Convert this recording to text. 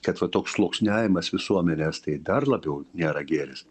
kad va toks sluoksniavimas visuomenės tai dar labiau nėra gėris